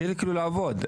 ולהתחיל לעבוד.